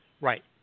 Right